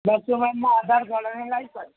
ડોક્યુમેન્ટમાં આધાર કાર્ડ અને લાઇસન્સ